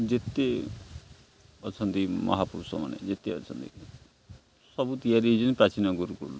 ଯେତେ ଅଛନ୍ତି ମହାପୁରୁଷମାନେ ଯେତେ ଅଛନ୍ତି ସବୁ ତିଆରି ହେଇଛନ୍ତି ପ୍ରାଚୀନ ଗୁରୁକୁଳ୍ରୁ